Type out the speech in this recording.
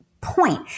point